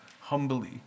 humbly